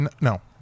No